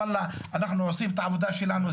אנחנו עושים את העבודה שלנו.